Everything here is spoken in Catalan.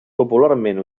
popularment